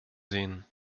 sehen